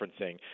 referencing